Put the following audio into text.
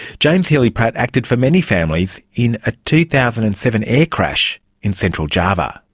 james healy-pratt acted for many families in a two thousand and seven air crash in central java.